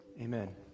Amen